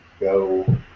go